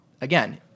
again